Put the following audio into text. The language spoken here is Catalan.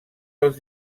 als